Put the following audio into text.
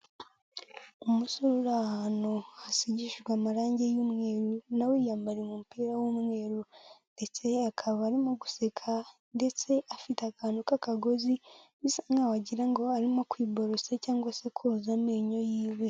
Umusore uri ahantu hasigishijwe amarangi y'umweru, na we yiyambariye umupira w'umweru ndetse akaba arimo guseka ndetse afite akantu k'akagozi bisa nk'aho wagira ngo arimo kwiborosa cyangwa se koza amenyo yiwe.